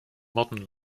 modern